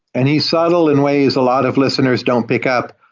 and he's subtle in ways a lot of listeners don't pick up,